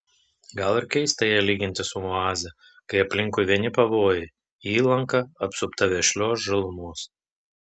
gal ir keista ją lyginti su oaze kai aplinkui vieni pavojai įlanka apsupta vešlios žalumos